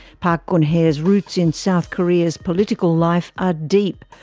park geun-hye's roots in south korea's political life are deep.